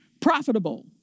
profitable